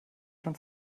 schon